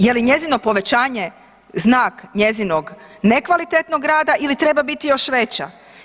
Je li njezino povećanje znak njezinog nekvalitetnog rada ili treba biti još veća?